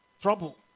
trouble